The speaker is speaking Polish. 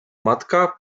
matka